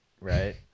right